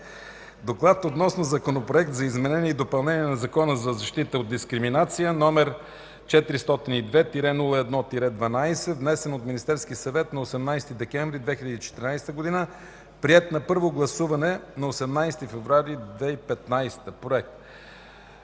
„Доклад относно Законопроект за изменение и допълнение на Закона за защита от дискриминация, № 402-01-12, внесен от Министерския съвет на 18 декември 2014 г., приет на първо гласуване на 18 февруари 2015 г.